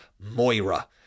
Moira